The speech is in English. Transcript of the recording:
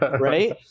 right